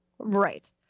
Right